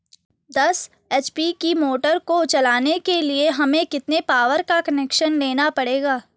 दस एच.पी की मोटर को चलाने के लिए हमें कितने पावर का कनेक्शन लेना पड़ेगा?